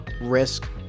risk